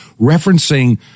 referencing